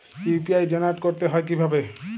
UPI generate করতে হয় কিভাবে?